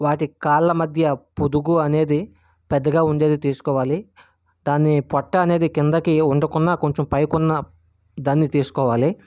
వాటి కాళ్ళ మధ్య పొదుగు అనేది పెద్దగా ఉండేది తీసుకోవాలి దాని పొట్ట అనేది కిందకి ఉండకుండా కొంచెం పైకి ఉన్న దాన్ని తీసుకోవాలి